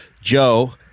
Joe